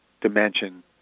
dimension